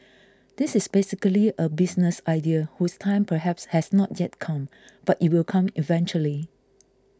this is basically a business idea whose time perhaps has not yet come but it will come eventually